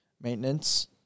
maintenance